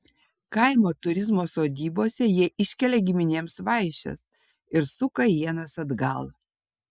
kaimo turizmo sodybose jie iškelia giminėms vaišes ir suka ienas atgal